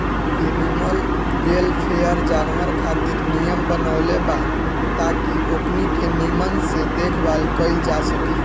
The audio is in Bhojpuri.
एनिमल वेलफेयर, जानवर खातिर नियम बनवले बा ताकि ओकनी के निमन से देखभाल कईल जा सके